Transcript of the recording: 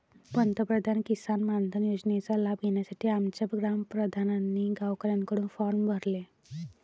पंतप्रधान किसान मानधन योजनेचा लाभ घेण्यासाठी आमच्या ग्राम प्रधानांनी गावकऱ्यांकडून फॉर्म भरले